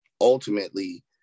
ultimately